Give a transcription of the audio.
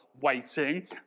waiting